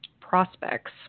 prospects